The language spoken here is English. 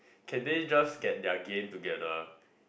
can they just get their game together